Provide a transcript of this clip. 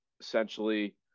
essentially